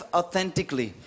authentically